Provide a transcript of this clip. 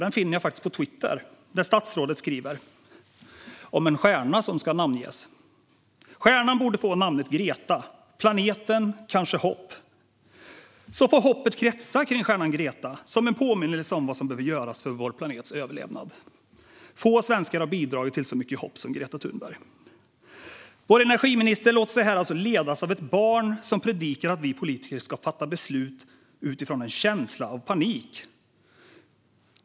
Den finner jag på Twitter, där statsrådet skriver om en stjärna som ska namnges: "Stjärnan borde få namnet Greta, planeten kanske hopp? Så får hoppet kretsa kring stjärnan Greta som en påminnelse om vad som behöver göras för vår planets överlevnad. Få svenskar har bidragit så mycket till hopp . som Greta Thunberg." Vår energiminister låter sig här alltså ledas av ett barn som predikar att vi politiker ska fatta beslut utifrån en känsla av panik.